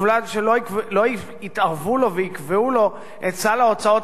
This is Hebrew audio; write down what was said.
ובלבד שלא יתערבו לו ויקבעו לו את סל ההוצאות